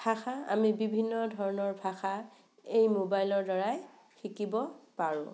ভাষা আমি বিভিন্ন ধৰণৰ ভাষা এই মোবাইলৰ দ্বাৰাই শিকিব পাৰোঁ